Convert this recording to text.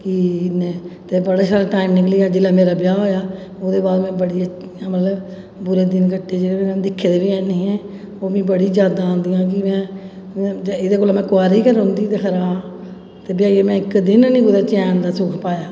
ते फ्ही में बड़ा शैल टैम निकली गेआ ते जेल्लै मेरा ब्याह् होआ ओह्दे बाद में बड़ी गै मतलब बुरे दिन कट्टे जेह्ड़े में दिक्खे दे बी हैन्नी हे ओह् मिगी बड़ी यादां होंदियां कि में एह्दे कोला में कोआरी गै रौंह्दी ही ते खरा हा ते ब्याहियै में इक्क दिन बी चैन दा सुख पाया